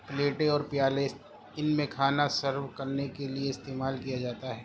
پلیٹیں اور پیالے ان میں کھانا سرو کرنے کے لیے استعمال کیا جاتا ہے